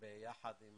ועשינו זאת יחד עם